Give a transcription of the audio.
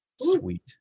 Sweet